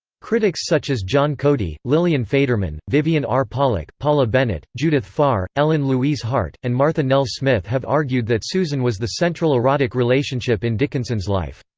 critics such as john cody, lillian faderman, vivian r. pollak, paula bennett, judith farr, ellen louise hart, and martha nell smith have argued that susan was the central erotic relationship in dickinson's life.